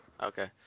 Okay